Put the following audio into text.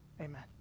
Amen